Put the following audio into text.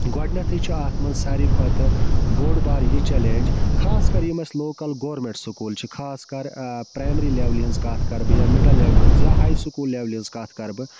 گۄڈٕنٮ۪تھٕے چھِ اَتھ منٛز ساروی کھۄتہٕ بوٚڈ بار یہِ چَلینج خاص کَر یِم اَسہِ لوکَل گورمٮ۪نٛٹ سُکوٗل چھِ خاص کر پرٛیمری لیٚولہِ ہِنٛز کَتھ کَرٕ بہٕ یا مِڈَل لیٚولہِ ہِنٛز یا ہاے سُکوٗل لیٚولہِ ہِنٛز کَتھ کرٕ بہٕ